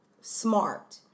smart